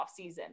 offseason